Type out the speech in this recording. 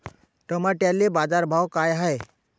टमाट्याले बाजारभाव काय हाय?